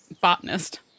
Botanist